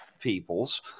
peoples